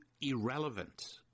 irrelevant